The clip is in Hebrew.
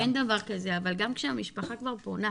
אין דבר כזה, אבל גם כשהמשפחה כבר פונה,